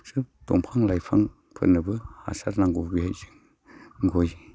सोब दंफां लाइफांफोरनोबो हासार नांगौ जायो जों गय